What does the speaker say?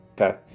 Okay